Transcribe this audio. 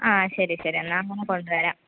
ആ ശരി ശരി എന്നാൽ കൊണ്ട് വരാം